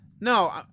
No